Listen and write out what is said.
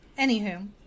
Anywho